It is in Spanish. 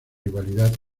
rivalidad